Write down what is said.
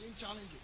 challenges